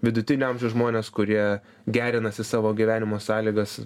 vidutinio amžiaus žmonės kurie gerinasi savo gyvenimo sąlygas